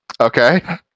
Okay